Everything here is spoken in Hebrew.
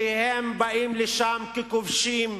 כי הם באים לשם ככובשים.